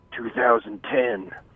2010